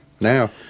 now